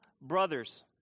brothers